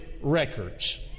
records